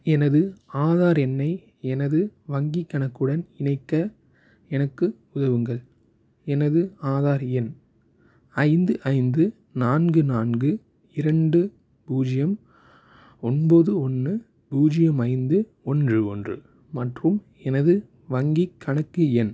எனது ஆதார் எண்ணை எனது வங்கிக் கணக்குடன் இணைக்க எனக்கு உதவுங்கள் எனது ஆதார் எண் ஐந்து ஐந்து நான்கு நான்கு இரண்டு பூஜ்ஜியம் ஒன்பது ஒன்று பூஜ்ஜியம் ஐந்து ஒன்று ஒன்று மற்றும் எனது வங்கிக் கணக்கு எண்